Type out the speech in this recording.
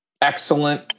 Excellent